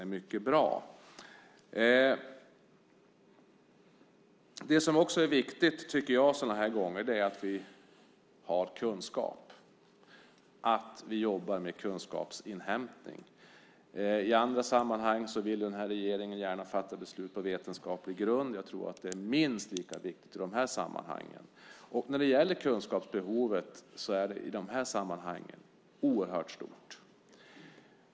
Jag tycker också att det är viktigt att vi har kunskap sådana här gånger. Det är viktigt att vi jobbar med kunskapsinhämtning. I andra sammanhang vill den här regeringen gärna fatta beslut på vetenskaplig grund. Jag tror att det är minst lika viktigt i de här sammanhangen. Kunskapsbehovet är oerhört stort i de här sammanhangen.